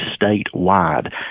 statewide